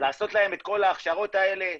לעשות להם את כל ההכשרות האלה,